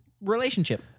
relationship